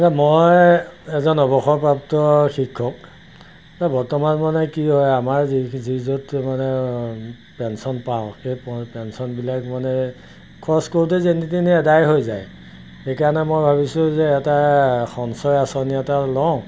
মই এজন অৱসৰপ্ৰাপ্ত শিক্ষক বৰ্তমান মানে কি হয় আমাৰ যি যি য'ত মানে পেঞ্চন পাওঁ সেই পেঞ্চনবিলাক মানে খৰচ কৰোঁতে যেনি তেনি আদায় হৈ যায় সেইকাৰণে মই ভাবিছোঁ যে এটা সঞ্চয় আঁচনি এটা লওঁ